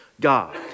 God